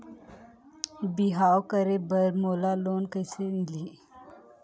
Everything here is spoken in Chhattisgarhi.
बिहाव करे बर मोला लोन कइसे मिलही?